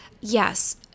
Yes